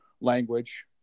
language